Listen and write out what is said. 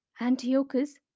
Antiochus